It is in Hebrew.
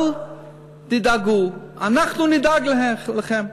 אל תדאגו, אנחנו נדאג לכם.